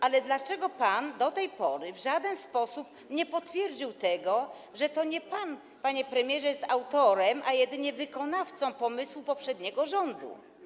Ale dlaczego pan do tej pory w żaden sposób nie potwierdził tego, że to nie pan, panie premierze, jest autorem, a jedynie wykonawcą pomysłu poprzedniego rządu?